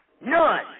None